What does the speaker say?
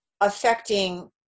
affecting